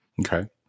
Okay